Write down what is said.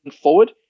forward